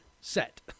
set